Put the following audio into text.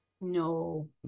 No